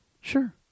Sure